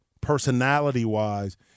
personality-wise